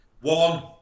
one